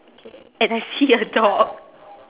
and I see a dog